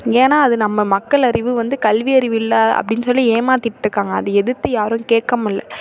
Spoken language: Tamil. ஏன்னா அது நம்ம மக்கள் அறிவு வந்து கல்வியறிவு இல்லை அப்படின் சொல்லி ஏமாத்திட்ருக்காங்க அதை எதித்து யாரும் கேட்கமுடில்ல